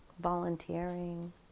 volunteering